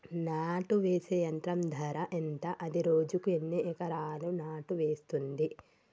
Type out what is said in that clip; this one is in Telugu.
నాటు వేసే యంత్రం ధర ఎంత? అది రోజుకు ఎన్ని ఎకరాలు నాటు వేస్తుంది?